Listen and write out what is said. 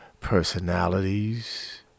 personalities